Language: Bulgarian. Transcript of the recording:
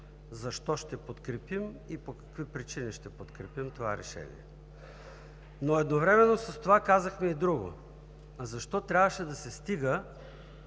защо и по какви причини ще подкрепим това решение. Но едновременно с това казахме и друго: защо трябваше да се стига